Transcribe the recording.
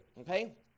Okay